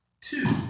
two